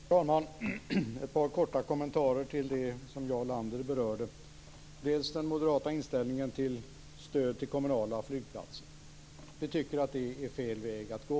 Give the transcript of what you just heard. Herr talman! Jag skall helt kort kommentera dels det som Jarl Lander berörde, dels den moderata inställningen till stöd till kommunala flygplatser. Vi tycker att det är fel väg att gå.